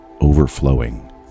overflowing